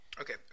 Okay